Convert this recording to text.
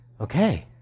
Okay